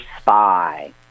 spy